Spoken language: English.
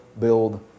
build